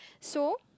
so